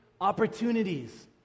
opportunities